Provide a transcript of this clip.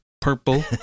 purple